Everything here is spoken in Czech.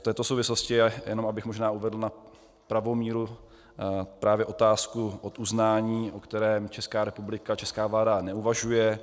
V této souvislosti jenom abych možná uvedl na pravou míru právě otázku oduznání, o kterém Česká republika, česká vláda neuvažuje.